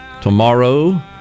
Tomorrow